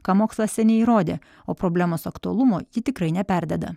ką mokslas seniai įrodė o problemos aktualumo ji tikrai neperdeda